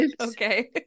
okay